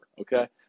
okay